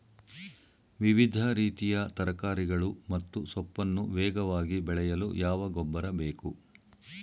ವಿವಿಧ ರೀತಿಯ ತರಕಾರಿಗಳು ಮತ್ತು ಸೊಪ್ಪನ್ನು ವೇಗವಾಗಿ ಬೆಳೆಯಲು ಯಾವ ಗೊಬ್ಬರ ಬೇಕು?